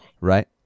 Right